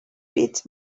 bit